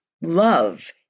love